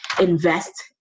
invest